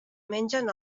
mengen